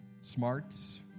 smarts